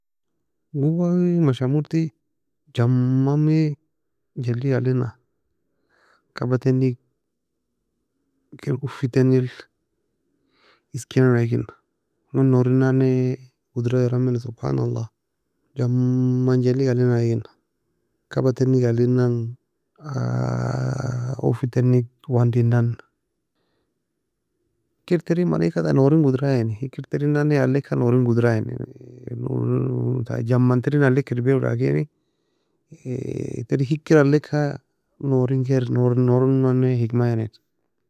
Guuei Mashamurti jammami jellig alina, kaba teni kir ufi tenil iskinana iygina, ingon nourin nanne gudera eara meni سبحان الله. Jamman jellig alinana iygina, kaba tenig alinan, ufi tenig wandinan. Hikir terin manieka taa nuorin gudrayaini, hikir terin nanae aleaka nuorin gudrayaini. taa jamman terin alleka iribiaru lakini terin hikir alleka nuorin gair nourin nourin nourin nanne hikmayaini.